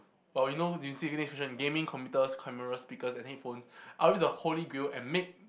oh you know did you see the next question gaming computers cameras speakers and headphones I will use a holy grail and make